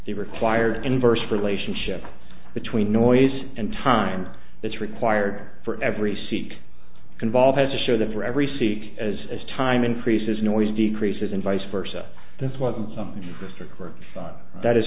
the required inverse relationship between noise and time that's required for every seat can vall has to show that for every seek as as time increases noise decreases and vice versa this wasn't something mr crow that is